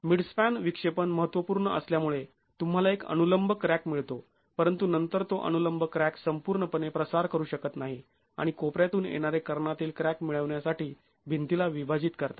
midspan विक्षेपण महत्त्वपूर्ण असल्यामुळे तुम्हाला एक अनुलंब क्रॅक मिळतो परंतु नंतर तो अनुलंब क्रॅक संपूर्णपणे प्रसार करू शकत नाही आणि कोपऱ्यातून येणारे कर्णातील क्रॅक मिळवण्यासाठी भिंतीला विभाजित करतात